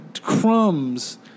crumbs